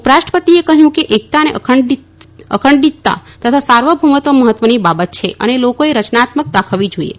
ઉપરાષ્ટ્રપતિએ કહ્યું કે એકતા અને અખંડીતતા તથા સાર્વભૌમત્વ મહત્વની બાબત છે અને લોકોએ રચનાત્મકતા દાખવવી જોઇએ